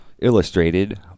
illustrated